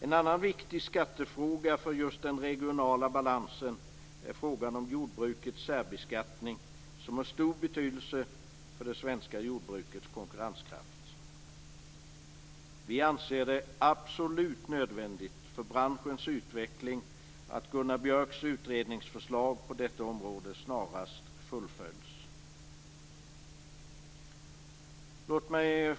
En annan viktig skattefråga för den regionala balansen är frågan om jordbrukets särbeskattning som har stor betydelse för det svenska jordbrukets konkurrenskraft. Vi anser det absolut nödvändigt för branschens utveckling att Gunnar Björks utredningsförslag på detta område snarast fullföljs. Fru talman!